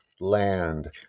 land